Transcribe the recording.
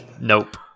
Nope